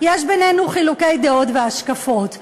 יש בינינו חילוקי דעות והשקפות.